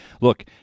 Look